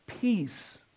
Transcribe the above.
peace